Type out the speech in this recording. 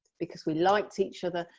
because we liked each other,